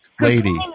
Lady